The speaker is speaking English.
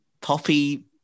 poppy